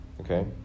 okay